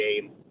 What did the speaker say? game